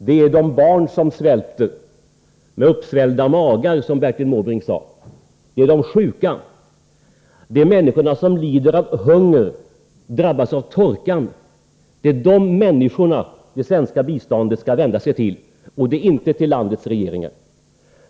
Det är de barn som svälter — med uppsvällda magar, som Bertil Måbrink sade — de sjuka, människorna som lider av hunger och som drabbas av torkan vilka det svenska biståndet skall vända sig till, inte till ländernas regeringar.